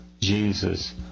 Jesus